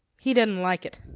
he didn't like it.